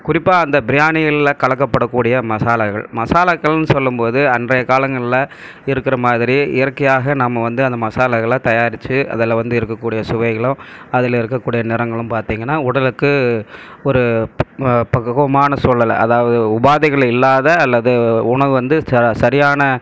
குறிப்பாக அந்த பிரியாணிகளில் கலக்கப்படக்கூடிய மசாலாகள் மசாலாக்கள்னு சொல்லும்போது அன்றைய காலங்களில் இருக்கிற மாதிரி இயற்கையாக நாம் வந்து அந்த மசாலாகளை தயாரித்து அதில் வந்து இருக்கக்கூடிய சுவைகளும் அதில் இருக்கக்கூடிய நிறங்களும் பார்த்திங்கனா உடலுக்கு ஒரு பக்குக்குவமான சொல்லலை அதாவது உபாதைகள் இல்லாத அல்லது உணவு வந்து சா சரியான